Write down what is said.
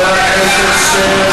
מה הם קשורים?